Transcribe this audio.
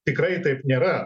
tikrai taip nėra